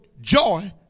joy